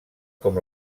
com